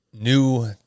new